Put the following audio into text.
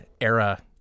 era